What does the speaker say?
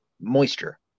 moisture